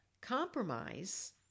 compromise